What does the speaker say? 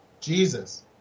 Jesus